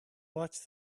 watch